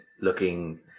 looking